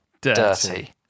dirty